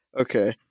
okay